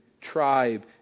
tribe